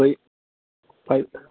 बै पाइप